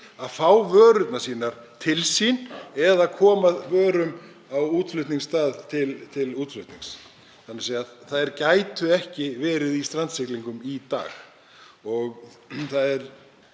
að fá vörur til sín eða koma vörum á útflutningstað til útflutnings, þannig að þær gætu ekki verið í strandsiglingum í dag. Það er